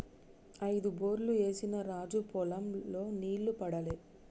ఐదు బోర్లు ఏసిన రాజు పొలం లో నీళ్లు పడలే